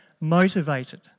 motivated